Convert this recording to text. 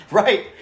right